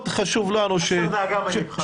הסר דאגה מליבך.